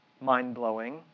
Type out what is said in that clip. mind-blowing